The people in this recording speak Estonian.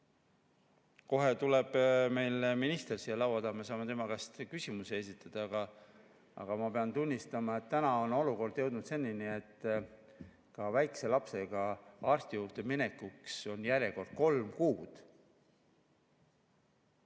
Kohe tuleb meil minister siia laua taha ja me saame temale küsimusi esitada. Aga ma pean tunnistama, et olukord on tänaseks jõudnud selleni, et ka väikese lapsega arsti juurde minekuks on järjekord kolm kuud.